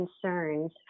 concerns